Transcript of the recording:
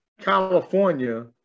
California